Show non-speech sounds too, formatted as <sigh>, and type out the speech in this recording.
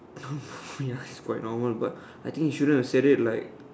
<laughs> ya it's quite normal but I think you shouldn't have said it like